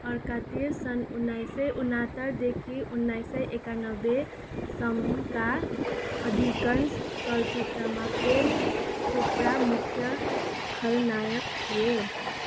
अर्कातिर सन् उन्नाइसय उन्नात्तर देखि उन्नाइसय एकान्नब्बेसम्मका अधिकांश चलचित्रमा प्रेम चोपडा मुख्य खलनायक थिए